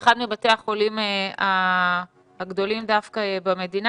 באחד מבתי החולים הגדולים דווקא במדינה